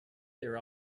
their